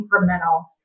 incremental